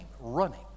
running